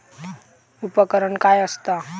उपकरण काय असता?